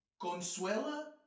Consuela